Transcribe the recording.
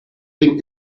think